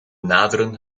naderen